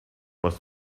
was